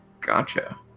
Gotcha